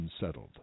unsettled